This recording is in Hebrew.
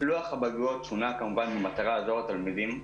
לוח הבגרויות שונה כמובן במטרה לעזור לתלמידים,